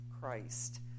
Christ